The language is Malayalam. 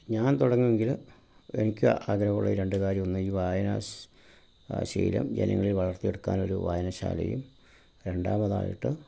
ഞാൻ തുടങ്ങുമെങ്കിൽ എനിക്ക് ആഗ്രഹമുള്ള ഈ രണ്ട് കാര്യമെന്ന് ഈ വായന സ് ശീലം ജനങ്ങളിൽ വളർത്തിയെടുക്കാനൊരു വായനശാലയും രണ്ടാമതായിട്ട്